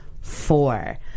four